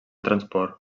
transport